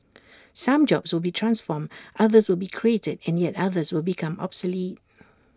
some jobs will be transformed others will be created and yet others will become obsolete